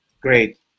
Great